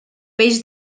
peix